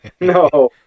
No